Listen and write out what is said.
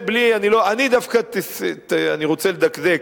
אני רוצה לדקדק,